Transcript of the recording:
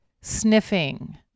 sniffing